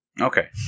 Okay